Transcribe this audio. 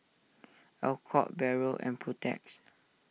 Alcott Barrel and Protex